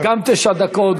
גם תשע דקות,